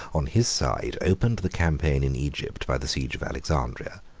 on his side, opened the campaign in egypt by the siege of alexandria,